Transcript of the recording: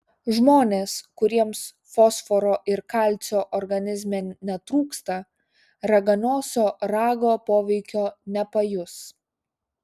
žmonės kuriems fosforo ir kalcio organizme netrūksta raganosio rago poveikio nepajus